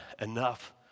enough